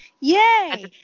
Yay